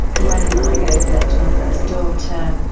when i gave birth to my first daughter,